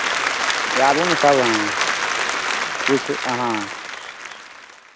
आबू ने सभ अहाँ किछु अहाँ